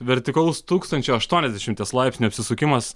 vertikalus tūkstančio aštuoniasdešimties laipsnių apsisukimas